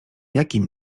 jakim